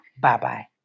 Bye-bye